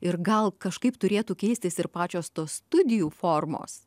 ir gal kažkaip turėtų keistis ir pačios tos studijų formos